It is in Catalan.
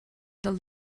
del